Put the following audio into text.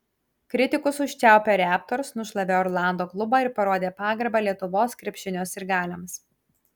kritikus užčiaupę raptors nušlavė orlando klubą ir parodė pagarbą lietuvos krepšinio sirgaliams